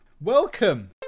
Welcome